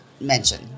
mention